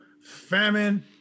famine